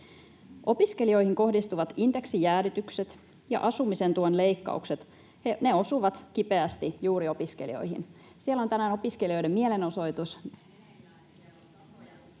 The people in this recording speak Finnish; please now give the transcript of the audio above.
menestystekijöistä. Indeksijäädytykset ja asumisen tuen leikkaukset osuvat kipeästi juuri opiskelijoihin. Siellä on tänään opiskelijoiden mielenosoitus